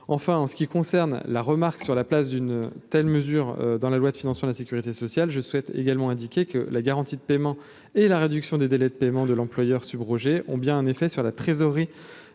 enfin en ce qui concerne la remarque sur la place d'une telle mesure dans la loi de financement de la Sécurité sociale, je souhaite également indiqué que la garantie de paiement et la réduction des délais de paiement de l'employeur ce Breger ont bien un effet sur la trésorerie